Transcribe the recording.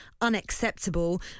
unacceptable